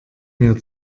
mir